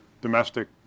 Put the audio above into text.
domestic